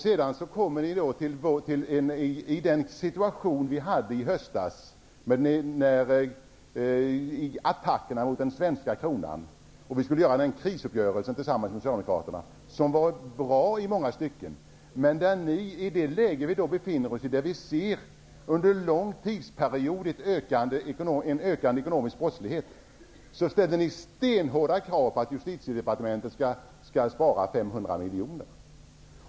Sedan kommer ni, i den situation vi hade i höstas med attackerna mot den svenska kronan -- då vi skulle få till stånd en krisuppgörelse, som i många stycken var bra, tillsammans med Socialdemokraterna -- och då vi under en lång tidsperiod sett en ökande ekonomisk brottslighet, och ställer stenhårda krav på att Justitiedepartementet skall spara 500 miljoner.